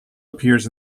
appears